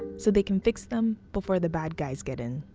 so they can fix them before the bad guys get in.